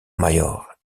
mayor